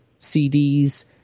cds